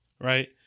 right